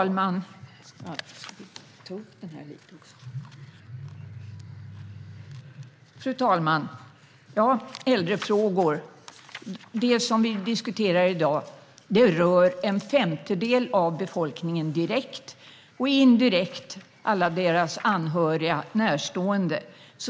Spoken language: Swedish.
Fru talman! De äldrefrågor vi diskuterar i dag rör en femtedel av befolkningen direkt och indirekt alla deras anhöriga och närstående.